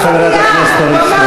תודה, חברת הכנסת אורית סטרוק.